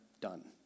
done